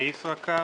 אני מ"ישראכרט",